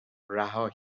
رها